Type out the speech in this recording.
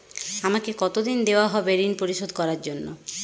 আমাকে কতদিন দেওয়া হবে ৠণ পরিশোধ করার জন্য?